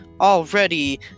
already